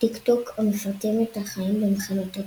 TikTok המפרטים את החיים במחנות ריכוז.